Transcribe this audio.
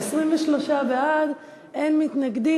23 בעד, אין מתנגדים.